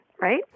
right